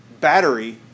battery